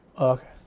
okay